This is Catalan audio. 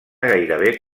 gairebé